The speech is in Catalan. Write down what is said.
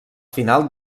final